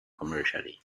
commercially